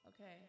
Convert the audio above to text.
okay